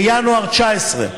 בינואר 2019,